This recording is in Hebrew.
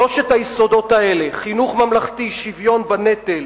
שלושת היסודות האלה, חינוך ממלכתי, שוויון בנטל